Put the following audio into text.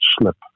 slip